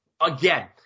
Again